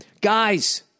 Guys